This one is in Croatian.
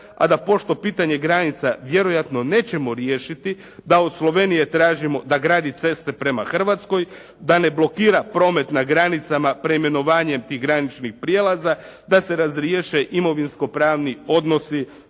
a da pošto potanje granica vjerojatno nećemo riješiti, da od Slovenije tražimo da gradi ceste prema Hrvatskoj, da ne blokira promet na granicama preimenovanjem tih graničnih prijelaza, da se razriješe imovinsko pravni odnosi,